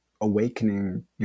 awakening